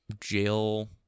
jail